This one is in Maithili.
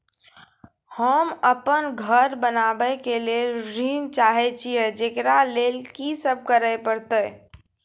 होम अपन घर बनाबै के लेल ऋण चाहे छिये, जेकरा लेल कि सब करें परतै?